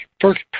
first